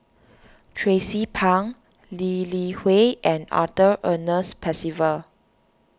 Tracie Pang Lee Li Hui and Arthur Ernest Percival